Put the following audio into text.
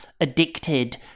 addicted